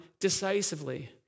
decisively